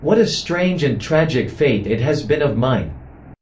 what a strange and tragic fate it has been of mine